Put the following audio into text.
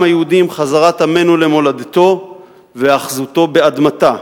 היהודי עם חזרת עמנוּ למולדתו והיאחזותו באדמתה,